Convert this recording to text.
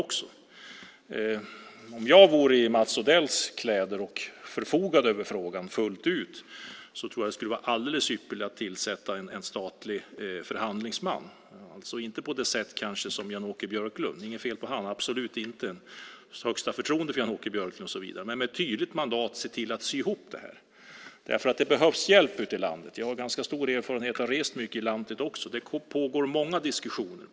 Om jag vore i Mats Odells kläder och förfogade över frågan fullt ut tror jag att det skulle vara alldeles ypperligt att tillsätta en statlig förhandlingsman - kanske som Jan-Åke Björklund. Det är inget fel på honom, absolut inte. Jag har högsta förtroende för Jan-Åke Björklund. Men det handlar om att få ett tydligt mandat att sy ihop det. Det behövs hjälp ute i landet. Jag har ganska stor erfarenhet. Jag har rest mycket i landet också. Det pågår många diskussioner.